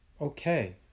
Okay